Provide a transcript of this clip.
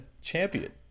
champion